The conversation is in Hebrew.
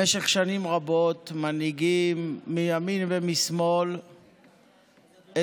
במשך שנים רבות מנהיגים מימין ומשמאל הגדירו,